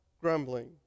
grumbling